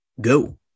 go